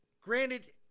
Granted